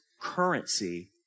currency